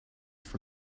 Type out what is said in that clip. for